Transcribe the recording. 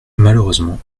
malheureusement